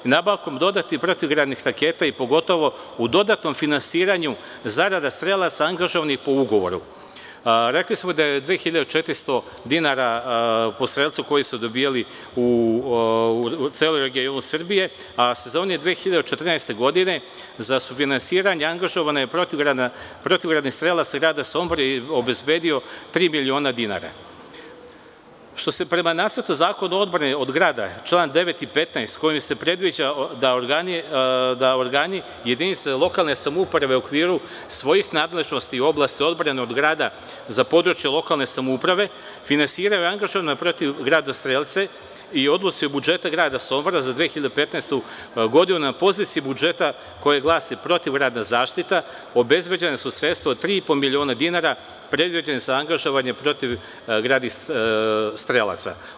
Nabavkom dodatnih protivgradnih raketa i pogotovo u dodatnom finansiranju zarada strelaca angažovanih po ugovoru, rekli smo da je 2400 dinara po strelcu koji su dobijali u celom regionu Srbije, a sezona 2014. godine, za sufinansiranja angažovanje protivgradnih strelaca grad Sombor je obezbedio tri miliona dinara, što se prema nacrtu Zakona odbrane od grada, član 9. i 15. kojim se predviđa da organi i jedinice lokalne samouprave u okviru svojih nadležnosti u oblasti odbrane od grada za područje lokalne samouprave finansiraju angažovane protivgradne strelce i odnosi u budžetu grada Sombora za 2015. godinu na poziciji budžeta koji glasi protivgradna zaštita, obezbeđena su sredstva od 3,5 miliona dinara, predviđenih za angažovanje protivgradnih strelaca.